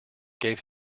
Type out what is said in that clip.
gave